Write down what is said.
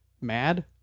Mad